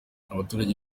abaturage